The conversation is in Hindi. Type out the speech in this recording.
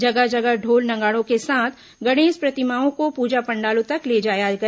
जगह जगह ढोल नगाड़ों के साथ गणेश प्रतिमाओं को पूजा पंडालों तक ले जाया गया